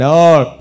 Lord